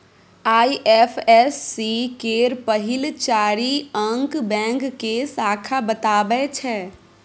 IFSC केर पहिल चारि अंक बैंक के शाखा बताबै छै